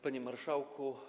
Panie Marszałku!